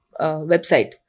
website